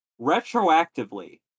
Retroactively